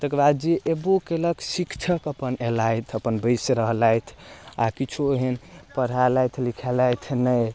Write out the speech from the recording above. तकरबाद जे एबो कयलक शिक्षक अपन अयलथि अपन बसि रहलथि आओर किछो एहन पढ़ेलथि लिखेलथि नहि